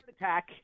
Attack